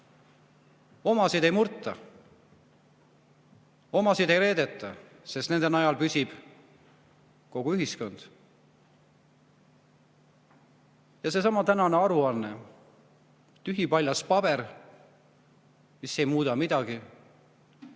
Omasid ei murta, omasid ei reedeta, sest nende najal püsib kogu ühiskond. Ja seesama tänane aruanne on tühipaljas paber, mis ei muuda midagi.